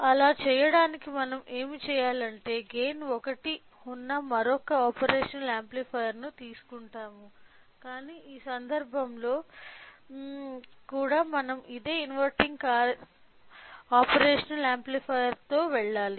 అలా చేయడానికి మనం ఏమి చెయ్యాలంటే గైన్ 1 వున్న మరొక ఆపరేషనల్ యాంప్లిఫైయర్ను తీసుకుంటాము కాని ఈ సందర్భంలో కూడా మనం అదే ఇన్వెర్టింగ్ ఆపరేషనల్ యాంప్లిఫైయర్తో వెళ్ళాలి